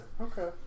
Okay